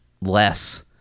less